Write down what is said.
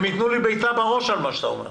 והם ייתנו לי בעיטה בראש על מה שאתה אומר.